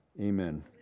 Amen